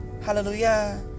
hallelujah